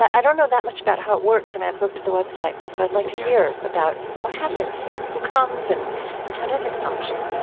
i don't know that much about how it works. i mean, i've looked at the website, but so i'd like to hear about what happens there. who comes, and and how does it function?